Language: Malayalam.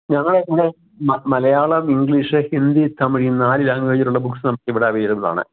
ഞങ്ങൾ ഇവിടെ മ മലയാളം ഇംഗ്ലീഷ് ഹിന്ദി തമിഴ് ഈ നാല് ലാംഗ്വേജിലുള്ള ബുക്ക്സ് നമുക്കിവിടെ അവൈലബിളാണ്